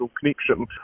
connection